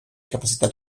capacitat